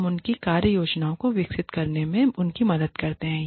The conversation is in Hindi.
हम उनकी कार्य योजनाओं को विकसित करने में उनकी मदद करते हैं